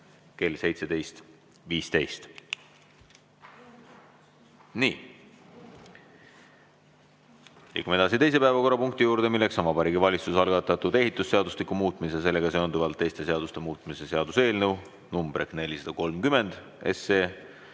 kell 17.15. Nii, liigume edasi teise päevakorrapunkti juurde. Vabariigi Valitsuse algatatud ehitusseadustiku muutmise ja sellega seonduvalt teiste seaduste muutmise seaduse eelnõu nr 430 teine